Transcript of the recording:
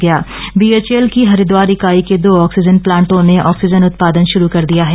oxygen उत्पादन BHEL की हरिद्वार इकाई के दो ऑक्सीजन प्लांटों ने ऑक्सीजन उत्पादन शुरू कर दिया है